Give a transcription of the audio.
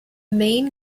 main